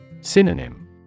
Synonym